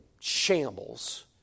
shambles